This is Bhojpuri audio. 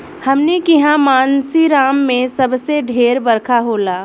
हमनी किहा मानसींराम मे सबसे ढेर बरखा होला